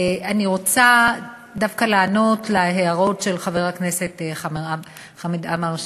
אני רוצה דווקא לענות על ההערות של חבר הכנסת חמד עמאר,